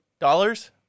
Dollars